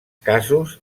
casos